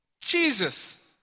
Jesus